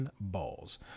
balls